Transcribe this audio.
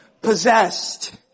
possessed